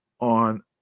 on